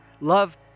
Love